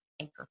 anchor